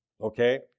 Okay